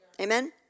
Amen